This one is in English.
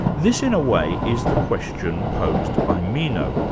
this in a way is the question posed by meno,